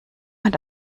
hat